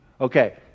okay